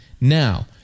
Now